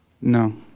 No